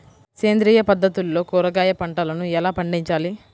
సేంద్రియ పద్ధతుల్లో కూరగాయ పంటలను ఎలా పండించాలి?